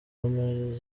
major